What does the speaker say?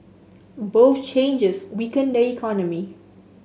both changes weaken the economy